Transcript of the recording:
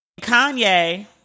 Kanye